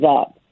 up